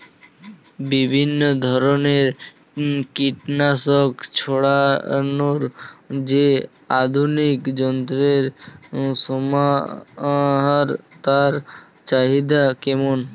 বিভিন্ন ধরনের কীটনাশক ছড়ানোর যে আধুনিক যন্ত্রের সমাহার তার চাহিদা কেমন?